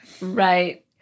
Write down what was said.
Right